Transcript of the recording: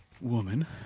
woman